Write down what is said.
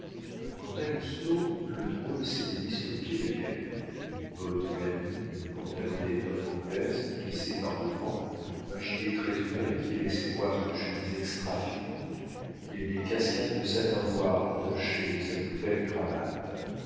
quant à lousteau le drôle s'était mis sur le pied de guerre bottes vernies pantalon d'étoffe anglaise plissé par-devant un gilet très ouvert qui laissait voir une chemise extrafine et les cascades de satin noir broché de sa plus belle cravate